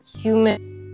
human